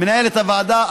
מנהלת הוועדה,